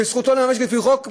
וזכותו לממש את זה לפי חוק,